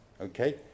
okay